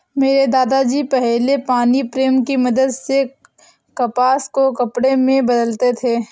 मेरे दादा जी पहले पानी प्रेम की मदद से कपास को कपड़े में बदलते थे